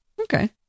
Okay